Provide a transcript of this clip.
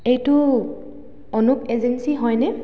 এইটো অনুপ এজেন্সী হয়নে